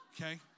okay